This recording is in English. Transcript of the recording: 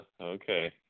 okay